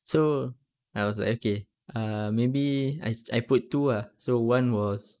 so I was like okay err maybe I I put two ah so one was